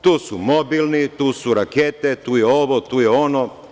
Tu su mobilni, tu su rakete, tu je ovo, tu je ono.